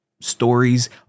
stories